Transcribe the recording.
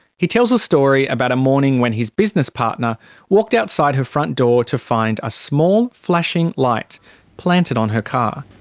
he tells a story about a morning when his business partner walked outside her front door to find a small flashing light planted on her car.